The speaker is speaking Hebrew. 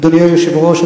אדוני היושב-ראש,